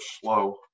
slow